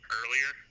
earlier